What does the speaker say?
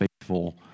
faithful